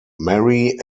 marie